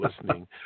listening